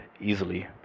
easily